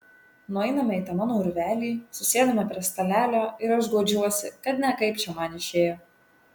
nueiname į tą mano urvelį susėdame prie stalelio ir aš guodžiuosi kad ne kaip čia man išėjo